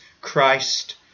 Christ